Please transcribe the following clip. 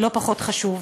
לא פחות חשוב.